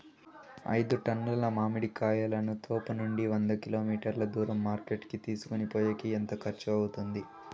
ఐదు టన్నుల మామిడి కాయలను తోపునుండి వంద కిలోమీటర్లు దూరం మార్కెట్ కి తీసుకొనిపోయేకి ఎంత ఖర్చు అవుతుంది?